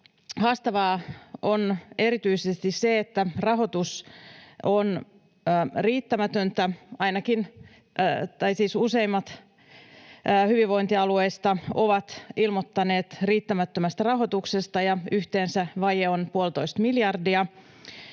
haastavaa on erityisesti se, että rahoitus on riittämätöntä. Useimmat hyvinvointialueista ovat ilmoittaneet riittämättömästä rahoituksesta, ja yhteensä vaje on puolitoista miljardia.